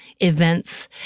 events